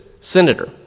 senator